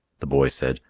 the boy said,